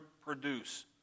produce